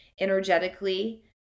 energetically